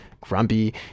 grumpy